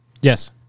Yes